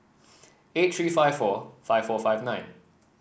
eight three five four five four five nine